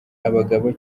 abagabo